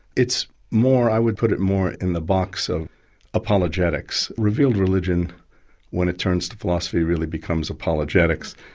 it's more, i would put it more in the box of apologetics. revealed religion when it turns to philosophy really becomes apologetics,